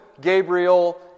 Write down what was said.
Gabriel